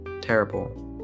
terrible